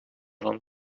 van